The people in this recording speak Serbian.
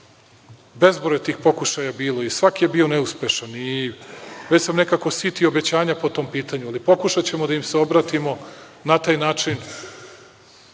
bezbroj je tih pokušaja bilo i svaki je bio neuspešan i već sam nekako sit i obećanja po tom pitanju, ali pokušaćemo da im se obratimo, na taj način